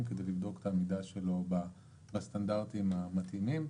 כדי למדוד את העמידה שלו בסטנדרטים המתאימים,